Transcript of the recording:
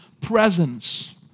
presence